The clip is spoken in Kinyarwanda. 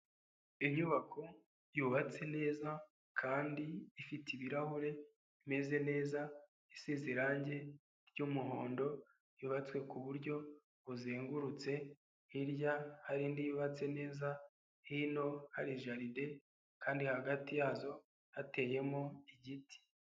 Inyubako yubatse neza kandi ifite ibirahure bimeze neza, isize irangi ry'umuhondo yubatswe ku buryo buzengurutse hirya hari indi yubatse neza hino hari jaride kandi hagati yazo hateyemo igiti.